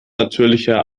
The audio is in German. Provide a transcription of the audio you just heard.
natürlicher